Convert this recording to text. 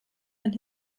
and